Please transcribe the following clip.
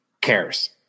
cares